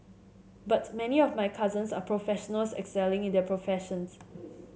but many of my cousins are professionals excelling in their professions